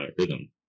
rhythm